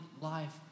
life